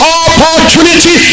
opportunity